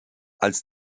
als